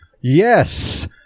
yes